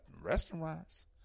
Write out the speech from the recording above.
restaurants